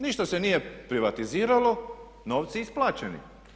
Ništa se nije privatiziralo, novci isplaćeni.